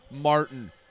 Martin